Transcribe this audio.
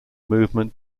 movement